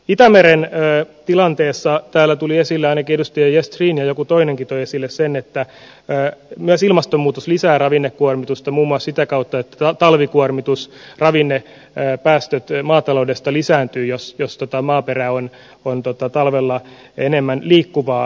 itämeren tilanteesta täällä tuli esille ainakin edustaja gestrin ja joku toinenkin toi esille sen että myös ilmastonmuutos lisää ravinnekuormitusta muun muassa sitä kautta että talvikuormitus ravinnepäästöt maataloudesta lisääntyvät jos maaperä on talvella enemmän liikkuvaa